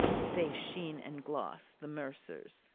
say sheen and gloss, the mercers,